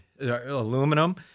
aluminum